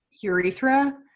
urethra